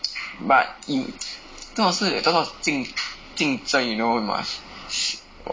but in 刚好是刚好竞竞争 you know you must